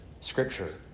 Scripture